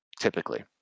typically